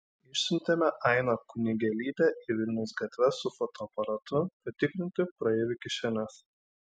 išsiuntėme ainą kunigėlytę į vilniaus gatves su fotoaparatu patikrinti praeivių kišenes